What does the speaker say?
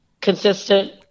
consistent